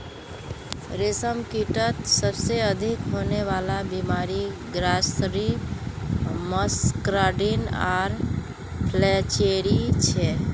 रेशमकीटत सबसे अधिक होने वला बीमारि ग्रासरी मस्कार्डिन आर फ्लैचेरी छे